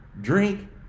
drink